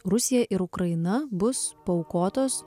rusija ir ukraina bus paaukotos